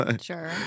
Sure